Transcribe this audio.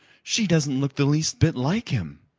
she doesn't look the least bit like him.